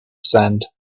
sand